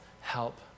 help